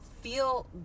feel